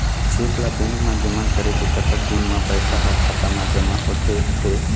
Cheque ला bank मा जमा करे के कतक दिन मा पैसा हा खाता मा जमा होथे थे?